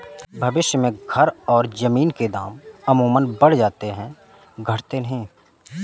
भविष्य में घर और जमीन के दाम अमूमन बढ़ जाते हैं घटते नहीं